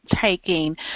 taking